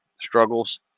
struggles